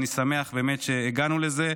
ואני שמח באמת שהגענו לזה,